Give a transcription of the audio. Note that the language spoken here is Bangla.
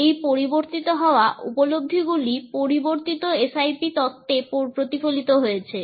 এবং এই পরিবর্তিত হওয়া উপলব্ধি গুলি পরিবর্তিত SIP তত্ত্বে প্রতিফলিত হয়েছে